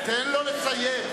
תן לו לסיים.